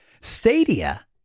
Stadia